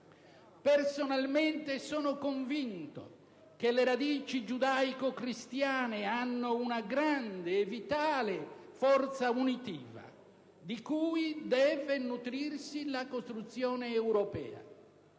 Personalmente sono convinto che le radici giudaico-cristiane hanno una grande e vitale forza unitiva, di cui deve nutrirsi la costruzione europea.